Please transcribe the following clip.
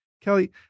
Kelly